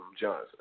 Johnson